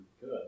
Good